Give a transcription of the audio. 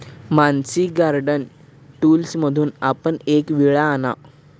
Mansi garden टूल्समधून आपण एक विळा आणा